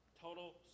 Total